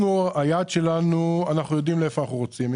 היעד שלנו, אנחנו יודעים לאן אנחנו רוצים להגיע.